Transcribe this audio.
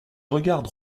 regarde